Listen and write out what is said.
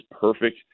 perfect